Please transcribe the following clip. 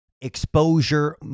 exposure